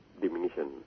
diminution